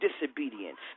disobedience